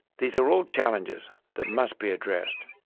these are all challenges that must be addressed.